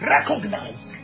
Recognize